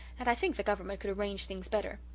and i think the government could arrange things better.